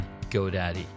GoDaddy